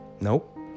Nope